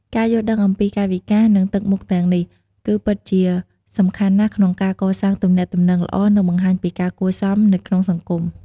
ការយល់ដឹងអំពីកាយវិការ និងទឹកមុខទាំងនេះ គឺពិតជាសំខាន់ណាស់ក្នុងការកសាងទំនាក់ទំនងល្អ និងបង្ហាញពីការគួរសមនៅក្នុងសង្គម។